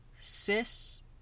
cis